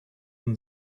him